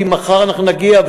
כי מחר אנחנו נגיע,